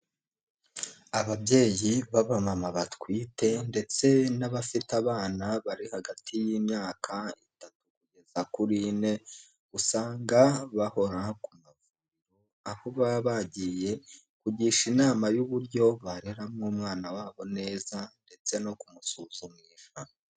Ababyeyi b'amama batwite, ndetse n'abafite abana bari hagati y'imyaka itatu kugeza kuri ine, usanga bahora ku mavuriro aho baba bagiye kugisha inama y'uburyo barera umwana wabo neza, ndetse no kumusuzumisha.